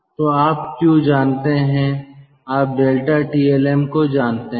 तो आप Q जानते हैं आप डेल्टा टीएलएम को जानते हैं